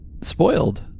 spoiled